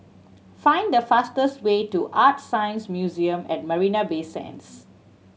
find the fastest way to ArtScience Museum at Marina Bay Sands